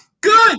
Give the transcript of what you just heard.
good